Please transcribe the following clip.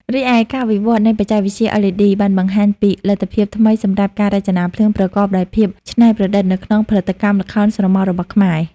រីឯការវិវត្តន៍នៃបច្ចេកវិទ្យា LED បានបង្ហាញពីលទ្ធភាពថ្មីសម្រាប់ការរចនាភ្លើងប្រកបដោយភាពច្នៃប្រឌិតនៅក្នុងផលិតកម្មល្ខោនស្រមោលរបស់ខ្មែរ។